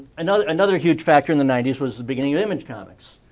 another another huge factor in the ninety s was the beginning of image comics,